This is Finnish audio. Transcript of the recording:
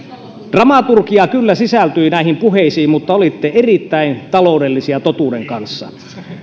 dramaturgiaa kyllä sisältyi näihin puheisiin mutta olitte erittäin taloudellisia totuuden kanssa